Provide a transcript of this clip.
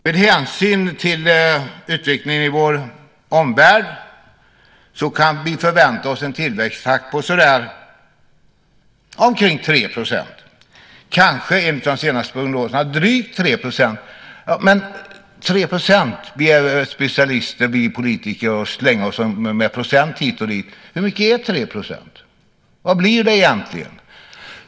Med hänsyn till utvecklingen i vår omvärld kan vi förvänta oss en tillväxttakt på omkring 3 %, kanske enligt de senaste prognoserna drygt 3 %- vi politiker är specialister på att svänga oss med procenttal hit och dit. Hur mycket är 3 %? Vad blir det egentligen?